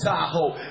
Tahoe